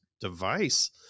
device